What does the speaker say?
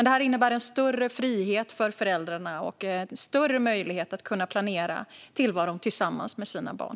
Detta innebär en större frihet för föräldrarna och en större möjlighet att planera tillvaron tillsammans med sina barn.